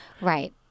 Right